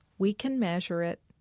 we can measure it,